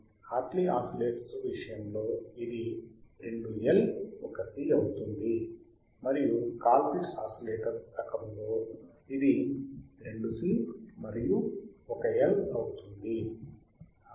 Hartley oscillator విషయంలో ఇది 2L 1C అవుతుంది మరియు కాల్ పిట్స్ ఆసిలేటర్ రకంలో ఇది 2C మరియు 1L అవుతుంది